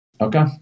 Okay